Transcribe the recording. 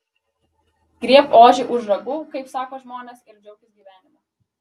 griebk ožį už ragų kaip sako žmonės ir džiaukis gyvenimu